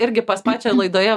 irgi pas pačią laidoje